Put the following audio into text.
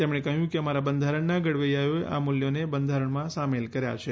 તેમણે કહ્યું કે અમારા બંધારણના ઘડવૈયાઓએ આ મૂલ્યોને બંધારણમાં સામેલ કર્યા છે